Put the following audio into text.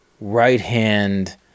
right-hand